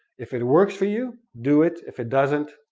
if it it works for you do it if it doesn't,